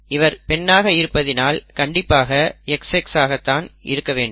இவர் பெண்ணாக இருப்பதினால் கண்டிப்பாக XX ஆக தான் இருக்க வேண்டும்